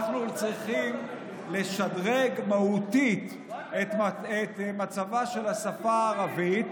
אנחנו צריכים לשדרג מהותית את מצבה של השפה הערבית